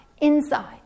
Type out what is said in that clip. inside